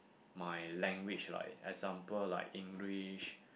my language like example like English